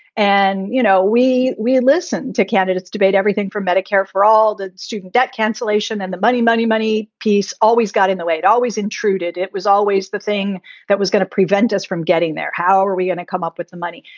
and, you know, we we listen to candidates debate everything from medicare for all the student debt cancellation and the money, money, money, peace always got in the way. it always intruded. it was always the thing that was going to prevent us from getting there. how are we going to come up with the money?